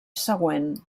següent